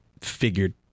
figured